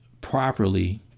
properly